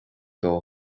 dul